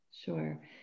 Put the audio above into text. sure